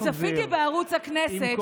כי צפיתי בערוץ הכנסת,